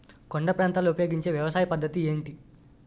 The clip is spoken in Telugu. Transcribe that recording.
కొండ ప్రాంతాల్లో ఉపయోగించే వ్యవసాయ పద్ధతి ఏంటి?